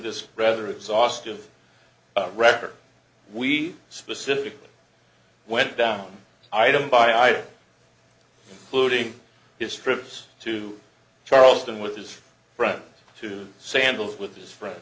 this rather exhaustive record we specifically went down item by item flutie his trips to charleston with his friends to sandals with his friends